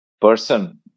person